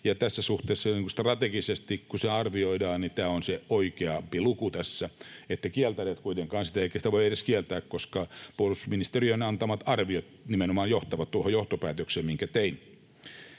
tässä suhteessa strategisesti, kun se arvioidaan, niin tämä on se oikeampi luku tässä. Ette kieltäneet kuitenkaan sitä — eikä sitä voi edes kieltää — koska puolustusministeriön antamat arviot nimenomaan johtavat tuohon johtopäätökseen, minkä tein.